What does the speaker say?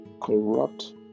Corrupt